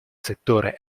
settore